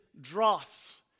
dross